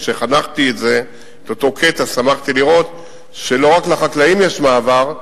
כשחנכתי את אותו קטע שמחתי לראות שלא רק לחקלאים יש מעבר,